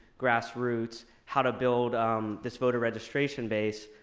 grass roots, how to build this voter registration base.